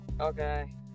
Okay